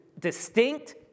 distinct